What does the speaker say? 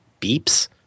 beeps